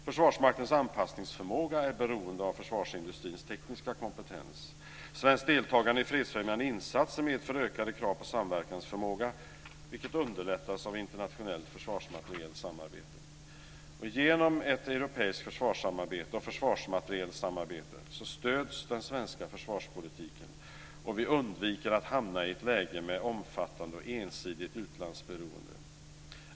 Försvarsmaktens anpassningsförmåga är beroende av försvarsindustrins tekniska kompetens. Svenskt deltagande i fredsfrämjande insatser medför ökade krav på samverkansförmåga, vilket underlättas av internationellt försvarsmaterielsamarbete. Genom ett europeiskt försvarssamarbete och försvarsmaterielsamarbete stöds den svenska försvarspolitiken, och vi undviker att hamna i ett läge med ett omfattande och ensidigt utlandsberoende.